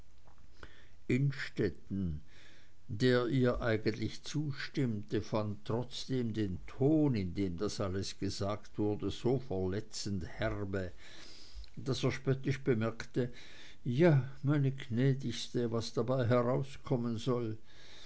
innstetten der ihr eigentlich zustimmte fand trotzdem den ton in dem das alles gesagt wurde so verletzend herbe daß er spöttisch bemerkte ja meine gnädigste was dabei herauskommen soll